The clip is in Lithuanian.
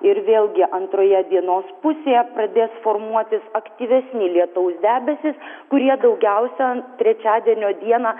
ir vėlgi antroje dienos pusėje pradės formuotis aktyvesni lietaus debesys kurie daugiausia trečiadienio dieną